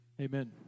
Amen